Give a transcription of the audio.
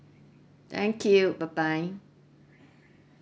thank you bye bye